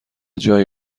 جایی